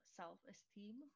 self-esteem